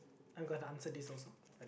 I'm going to answer this also